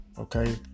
Okay